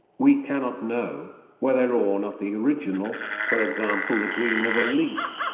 we cannot know, whether or not the original, for example the green of a leaf,